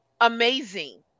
amazing